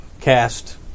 cast